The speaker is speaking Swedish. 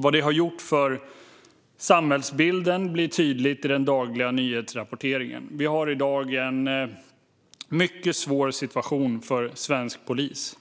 Vad detta har gjort för samhällsbilden blir tydligt i den dagliga nyhetsrapporteringen. Vi har i dag en mycket svår situation för svensk polis.